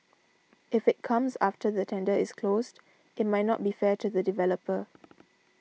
if it comes after the tender is closed it might not be fair to the developer